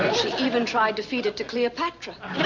even tried to feed it to cleopatra.